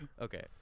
Okay